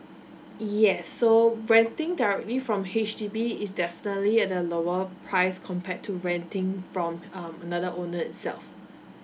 yes so renting directly from H_D_B is definitely at a lower price compared to renting from um another owner itself